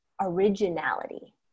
originality